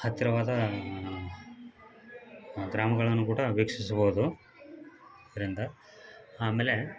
ಹತ್ತಿರವಾದ ಗ್ರಾಮಗಳನ್ನು ಕೂಡ ವೀಕ್ಷಿಸಬಹುದು ರಿಂದ ಆಮೇಲೆ